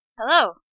Hello